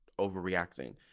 overreacting